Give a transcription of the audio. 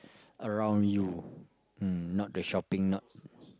around you um not the shopping not